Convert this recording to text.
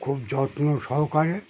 খুব যত্ন সহকারে